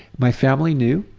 my family knew.